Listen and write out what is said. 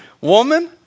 Woman